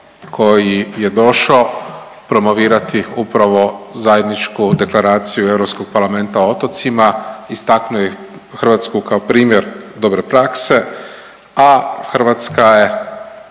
koji je došo promovirati upravo zajedničku Deklaraciju Europskog parlamenta o otocima istaknuo je Hrvatsku kao primjer dobre prakse, a Hrvatska je